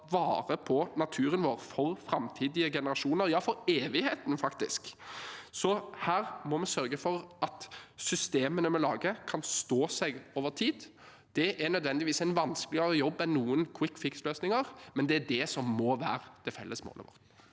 vare på naturen vår for framtidige generasjoner – ja, for evigheten, faktisk. Så her må vi sørge for at systemene vi lager, kan stå seg over tid. Det er nødvendigvis en vanskeligere jobb enn noen kvikkfiks-løsninger, men det er det som må være det felles målet.